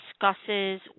discusses